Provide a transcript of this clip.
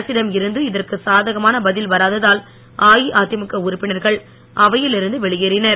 அரசிடம் இருந்து இதற்கு சாதகமான பதில் வராததால் அஇஅதிமுக உறுப்பினர்கள் அவையில் இருந்து வெளியேறினர்